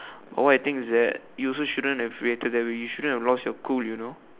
all I think is that you shouldn't have reacted that way you shouldn't have lost your cool you know